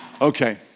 Okay